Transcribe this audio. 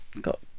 got